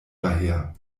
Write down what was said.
daher